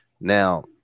Now